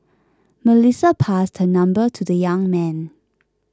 Melissa passed her number to the young man